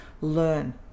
learn